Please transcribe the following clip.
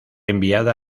enviada